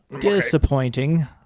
Disappointing